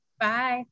Bye